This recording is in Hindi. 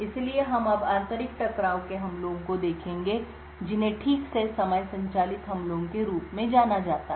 इसलिए हम अब आंतरिक टकराव के हमलों को देखेंगे जिन्हें ठीक से समय संचालित हमलों के रूप में जाना जाता है